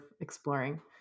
exploring